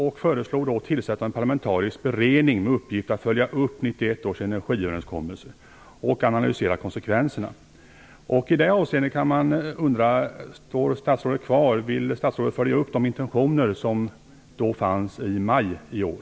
Man föreslog tillsättande av en parlamentarisk beredning med uppgift att följa upp 1991 års energiöverenskommelse samt en analys av konsekvenserna. Är statsrådet beredd att följa upp de intentioner som fanns i maj i år?